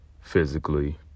physically